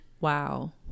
wow